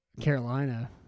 Carolina